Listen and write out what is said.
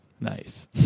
Nice